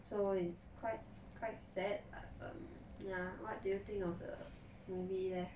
so it's quite quite sad um ya what do you think of the movie leh